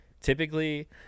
Typically